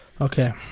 Okay